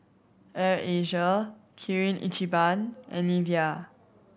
Air Asia Kirin Ichiban and Nivea